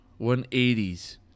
180s